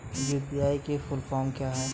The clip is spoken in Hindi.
यू.पी.आई की फुल फॉर्म क्या है?